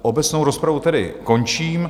Obecnou rozpravu tedy končím.